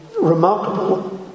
remarkable